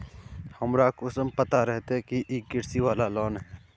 हमरा कुंसम पता रहते की इ कृषि वाला लोन है?